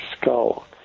skull